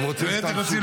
הם רוצים שתמשיך.